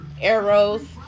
arrows